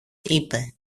είπε